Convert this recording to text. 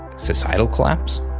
societal collapse.